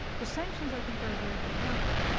the sanctions, i think, are a very good example,